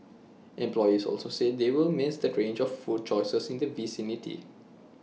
employees also said they will miss the range of food choices in the vicinity